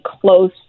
close